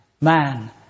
man